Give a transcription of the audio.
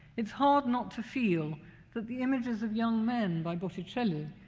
it's hard not to feel that the images of young men by botticelli,